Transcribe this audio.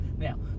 Now